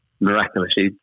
miraculously